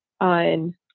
on